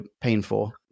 Painful